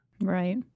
Right